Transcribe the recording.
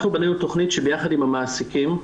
אנחנו בנינו תכנית שביחד עם המעסיקים,